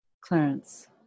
Clarence